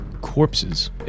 Corpses